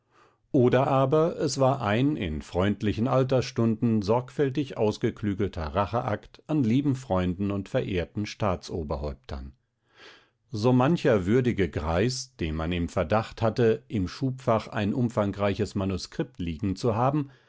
oder aber es war ein in freundlichen altersstunden sorgfältig ausgeklügelter racheakt an lieben freunden und verehrten staatsoberhäuptern so mancher würdige greis den man im verdacht hatte im schubfach ein umfangreiches manuskript liegen zu haben